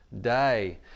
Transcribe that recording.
day